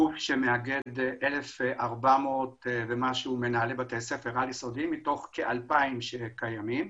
גוף שמאגד כ-1,400 מנהלי בתי ספר על יסודיים מתוך כ-2,000 שקיימים.